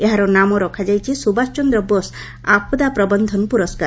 ଏହାର ନାମ ରଖାଯାଇଛି ସୁଭାଷ ଚନ୍ଦ୍ର ବୋଷ ଆପଦା ପ୍ରବନ୍ଧନ ପୁରସ୍କାର